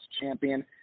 champion